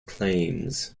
claims